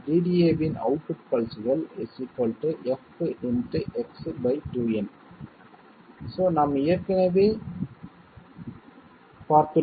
DDA இன் அவுட்புட்பல்ஸ்கள் f × X 2ⁿ நாம் ஏற்கனவே பார்த்துள்ளோம்